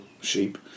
sheep